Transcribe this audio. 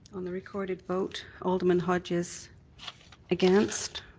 on the recorded vote, alderman hodges against,